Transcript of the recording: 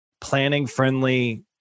planning-friendly